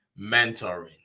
mentoring